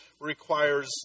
requires